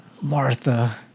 Martha